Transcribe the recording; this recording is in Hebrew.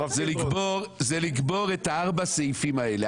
הרב פינדרוס --- זה לקבור את ארבע הסעיפים האלה.